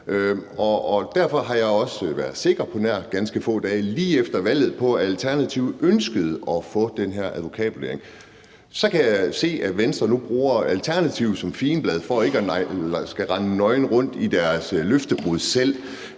derfor har jeg også været sikker på, på nær nogle ganske få dage lige efter valget, at Alternativet ønskede at få den her advokatvurdering. Så kan jeg se, at Venstre nu bruger Alternativet som figenblad for ikke at skulle rende nøgen rundt i deres løftebrud selv.